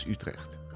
Utrecht